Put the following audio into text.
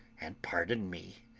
and pardon me.